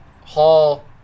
Hall –